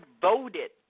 Voted